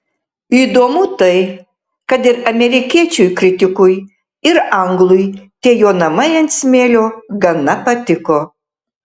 įdomu tai kad ir amerikiečiui kritikui ir anglui tie jo namai ant smėlio gana patiko